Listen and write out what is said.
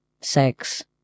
sex